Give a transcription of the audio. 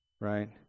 right